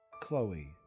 Chloe